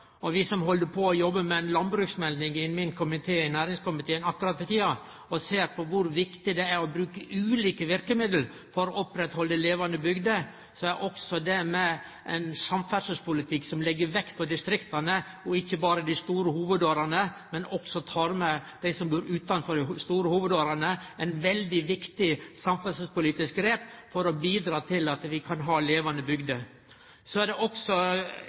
Vi som held på med å jobbe med ei landbruksmelding i næringskomiteen akkurat for tida, ser kor viktig det er å bruke ulike verkemiddel for å ta vare på levande bygder. Også det å ha ein samferdselspolitikk som legg vekt på distrikta og ikkje berre dei store hovudårene, at ein også tek med dei som bur utanfor dei store hovudårene, er eit veldig viktig politisk grep for å bidra til at vi kan ha levande bygder. Så er det også